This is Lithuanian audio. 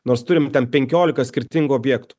nors turime ten penkiolika skirtingų objektų